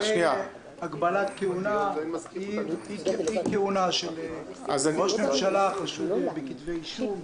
לגבי אי-כהונה של ראש ממשלה החשוד בכתבי אישום.